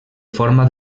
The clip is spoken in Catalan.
forma